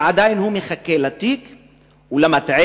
עדיין הוא מחכה לתיק ולמטען.